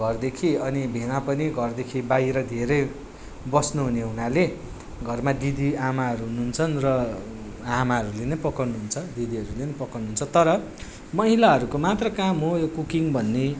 घरदेखि अनि भेना पनि घरदेखि बाहिर धेरै बस्नु हुने हुनाले घरमा दिदी आमाहरू हुनुन्छन् र आमाहरूले नै पकाउनु हुन्छ दिदीहरूले नि पकाउनु हुन्छ तर महिलाहरूको मात्रै काम हो यो कुकिङ भन्ने